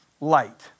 light